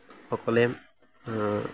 সকলে